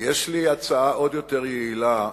יש לי הצעה עוד יותר יעילה,